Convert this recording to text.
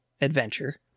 adventure